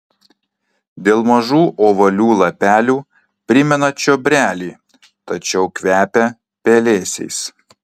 dėl mažų ovalių lapelių primena čiobrelį tačiau kvepia pelėsiais